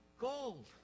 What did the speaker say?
gold